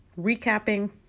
recapping